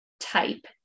type